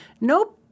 nope